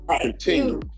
continue